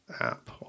app